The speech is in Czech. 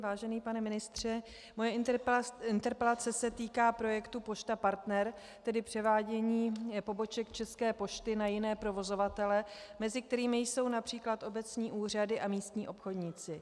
Vážený pane ministře, moje interpelace se týká projektu Pošta Partner, tedy převádění poboček České pošty na jiné provozovatele, mezi kterými jsou například obecní úřady a místní obchodníci.